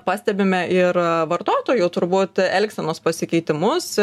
pastebime ir vartotojų turbūt elgsenos pasikeitimus